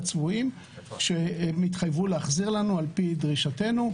צבועים שהם התחייבו להחזיר לנו על פי דרישתנו,